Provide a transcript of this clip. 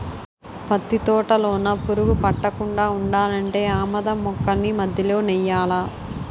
పత్తి తోటలోన పురుగు పట్టకుండా ఉండాలంటే ఆమదం మొక్కల్ని మధ్యలో నెయ్యాలా